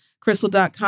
crystal.com